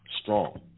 strong